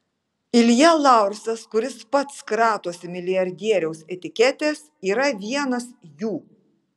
ilja laursas kuris pats kratosi milijardieriaus etiketės yra vienas jų